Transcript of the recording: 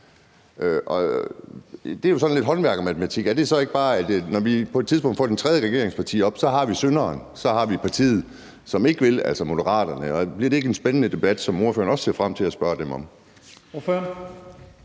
ud fra sådan lidt håndværkermatematik er det så ikke bare sådan, at når vi på et tidspunkt får det tredje regeringsparti op, så har vi synderen; så har vi partiet, som ikke vil, altså Moderaterne? Bliver det ikke en spændende debat, som ordføreren også ser frem til, altså hvor